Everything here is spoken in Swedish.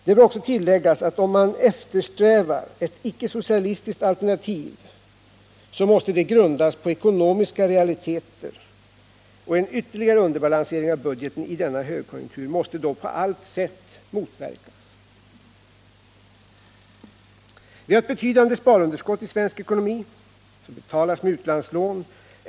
Det bör också tilläggas att om man eftersträvar et icke socialistiskt alternativ, så måste det alternativet grundas på ekonomiska realiteter, och en ytterligare underbalansering av budgeten i denna högkonjunktur måste då på allt sätt motverkas. Vi har ett betydande sparunderskott i svensk ekonomi som betalas med utlandslån.